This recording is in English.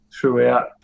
throughout